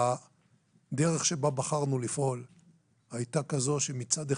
הדרך שבה בחרנו לפעול הייתה כזו שמצד אחד,